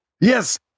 Yes